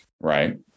Right